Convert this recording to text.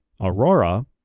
Aurora